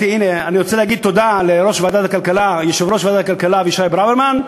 אני רוצה להגיד תודה ליושב-ראש ועדת הכלכלה אבישי ברוורמן,